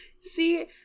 See